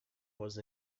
was